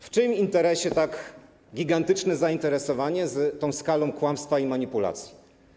W czyim interesie jest tak gigantyczne zainteresowanie, z tą skalą kłamstwa i manipulacji?